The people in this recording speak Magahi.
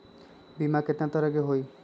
बीमा केतना तरह के होइ?